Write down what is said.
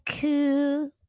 cool